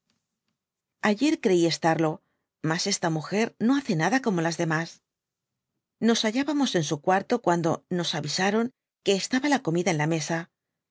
ayer creí estarlo mas esta múger no hace nada como las demás nos hallábamos en su cuarto cuaildo nos avisaron que estaba la comida en la mesa